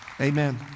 Amen